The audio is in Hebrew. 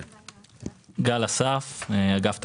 שינויים